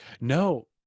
no